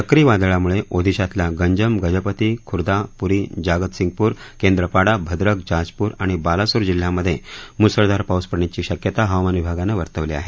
चक्रीवादळामुळे ओदिशातल्या गंजम गजपती खुर्दा पुरी जागतसिंगपूर केंद्रापाडा भद्रक जाजपूर आणि बालासोर जिल्ह्यांमधे मुसळधार पाऊस पडण्याची शक्यता हवामान विभागानं वर्तवली आहे